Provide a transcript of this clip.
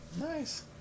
Nice